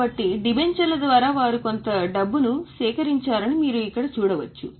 కాబట్టి డిబెంచర్ల ద్వారా వారు కొంత కొత్త డబ్బును సేకరించారని మీరు ఇక్కడ చూడవచ్చు